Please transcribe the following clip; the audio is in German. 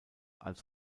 als